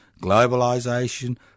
globalisation